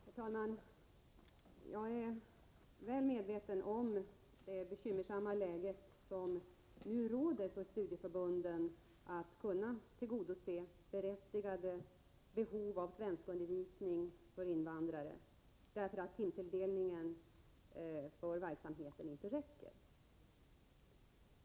Herr talman! Jag är väl medveten om det bekymmersamma läge som nu råder på studieförbunden när det gäller att tillgodose berättigade behov av svenskundervisning för invandrare på grund av att timtilldelningen för verksamheten inte räcker.